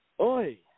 Oi